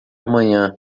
amanhã